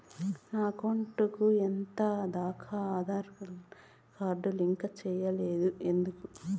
నా అకౌంట్ కు ఎంత దాకా ఆధార్ కార్డు లింకు సేయలేదు ఎందుకు